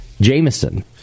Jameson